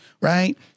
Right